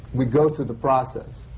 we go through the process.